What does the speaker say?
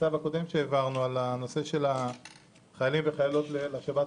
מהצו הקודם שהעברנו בנושא חיילים וחיילות בשירות שב"ס